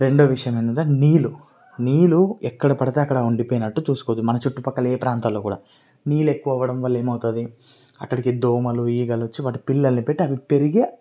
రెండో విషయం ఏంటనగా నీళ్ళు నీళ్ళు ఎక్కడ పడితే అక్కడ ఉండిపోయినట్టు చూసుకోవద్దు మన చుట్టుపక్కల ఏ ప్రాంతాల్లో కూడా నీళ్ళు ఎక్కువ అవడం వల్ల ఏమవుతుంది అక్కడికి దోమలు ఈగలు వచ్చి అవి పిల్లల్ని పెట్టి పెరిగి